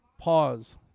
Pause